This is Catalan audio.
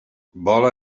vola